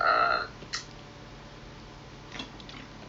ya ya ya ya correct imagine dia orang tak